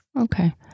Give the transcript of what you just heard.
okay